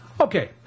Okay